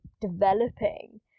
developing